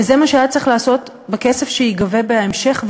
וזה מה שהיה צריך לעשות בכסף שייגבה בהמשך,